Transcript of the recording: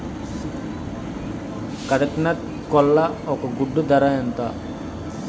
కదక్నత్ కోళ్ల ఒక గుడ్డు ధర ఎంత?